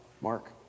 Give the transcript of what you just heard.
Mark